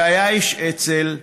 שהיה איש אצ"ל,